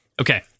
Okay